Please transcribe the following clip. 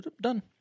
done